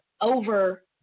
over